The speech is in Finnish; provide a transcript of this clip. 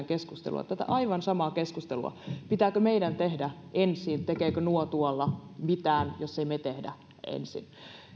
keskustelua tätä aivan samaa keskustelua pitääkö meidän tehdä ensin tekevätkö nuo tuolla mitään jos emme me tee ensin